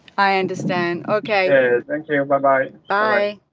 i understand, okay. yes, thank you, yeah bye bye. bye.